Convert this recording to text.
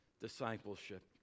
discipleship